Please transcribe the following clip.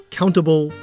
countable